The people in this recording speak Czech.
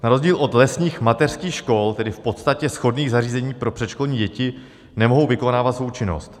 Na rozdíl od lesních mateřských škol, tedy v podstatě shodných zařízení pro předškolní děti, nemohou vykonávat svou činnost.